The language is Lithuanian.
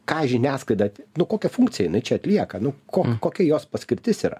ką žiniasklaida nu kokią funkciją jinai čia atlieka nu ko kokia jos paskirtis yra